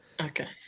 Okay